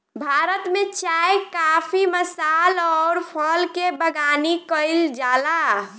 भारत में चाय काफी मसाल अउर फल के बगानी कईल जाला